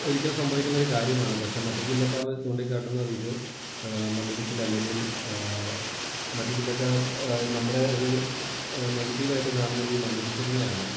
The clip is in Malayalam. ഒരിക്കല് സംഭവിക്കുന്ന ഒരു കാര്യമാണ് പക്ഷെ മറ്റു ജില്ലക്കാർ ചൂണ്ടിക്കാട്ടുന്നത് ഇത് മണ്ണിടിച്ചിൽ അല്ലെങ്കില് മറ്റു ജില്ലക്കാര് നമ്മുടെ ഒരു നെഗറ്റീവായിട്ട് കാണുന്നത് ഈ മണ്ണ് ഇടിച്ചിലിനെയാണ്